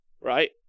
right